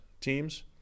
teams